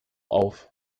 auf